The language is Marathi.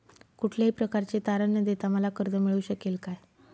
कुठल्याही प्रकारचे तारण न देता मला कर्ज मिळू शकेल काय?